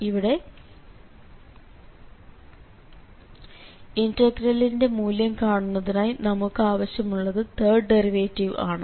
ഇവിടെ ഇൻറെഗ്രലിന്റെ മൂല്യം കാണുന്നതിനായി നമുക്ക് ആവശ്യമുള്ളത് തേർഡ് ഡെറിവേറ്റീവ് ആണ്